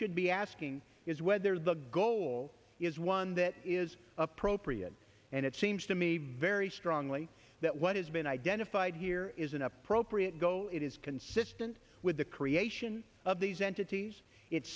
should be asking is whether the goal is one that is appropriate and it seems to me very strongly that what has been identified here is an appropriate go it is consistent with the creation of these entities it